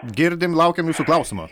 girdim laukiam jūsų klausimo